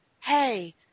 Hey